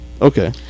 Okay